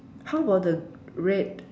how about the red